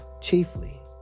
chiefly